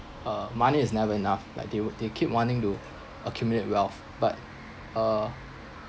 uh money is never enough like they would they keep wanting to accumulate wealth but uh